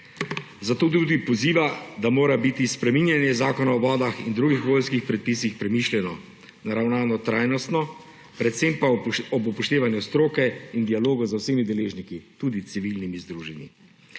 Zato tudi poziva, da mora biti spreminjanje Zakona o vodah in drugih okoljskih predpisov premišljeno, naravnano trajnostno, predvsem pa ob upoštevanju stroke in dialoga z vsemi deležniki, tudi civilnimi združenji.